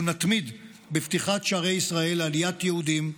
לו נתמיד בפתיחת שערי ישראל לעליית יהודים.